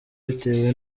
bitewe